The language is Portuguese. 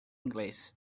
inglês